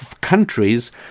countries